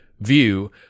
view